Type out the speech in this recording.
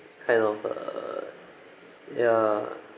kind of err yeah